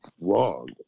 wrong